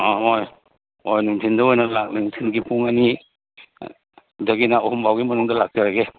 ꯑꯥ ꯍꯣꯏ ꯍꯣꯏ ꯅꯨꯡꯊꯤꯟꯗ ꯑꯣꯏꯅ ꯂꯥꯛꯂꯒꯦ ꯅꯨꯡꯊꯤꯟꯒꯤ ꯄꯨꯡ ꯑꯅꯤꯗꯒꯤꯅ ꯑꯍꯨꯝ ꯐꯥꯎꯒꯤ ꯃꯅꯨꯡꯗ ꯂꯥꯛꯆꯔꯒꯦ